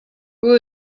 who